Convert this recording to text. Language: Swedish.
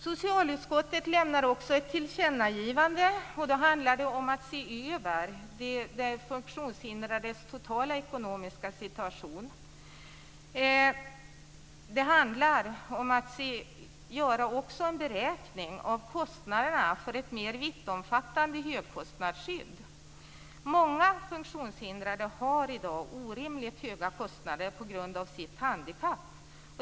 Socialutskottet lämnar också ett annat tillkännagivande. Det handlar om att se över de funktionshindrades totala ekonomiska situation. Det handlar också om att göra en beräkning av kostnaderna för ett mer vittomfattande högkostnadsskydd. Många funktionshindrade har i dag orimligt höga kostnader på grund av sitt handikapp.